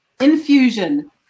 infusion